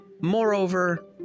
moreover